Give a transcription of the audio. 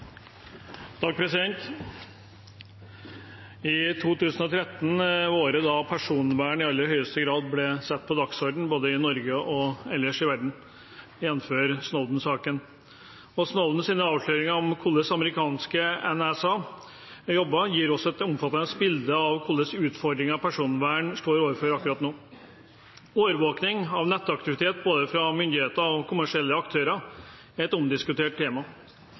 2013 var året da personvern i aller høyeste grad ble satt på dagsordenen, både i Norge og ellers i verden, jf. Snowden-saken. Snowdens avsløringer om hvordan amerikanske National Security Agency – NSA – jobber, gir oss et omfattende bilde av hvilke utfordringer personvernet står overfor akkurat nå. Overvåking av nettaktivitet både fra myndigheter og fra kommersielle aktører er et omdiskutert tema,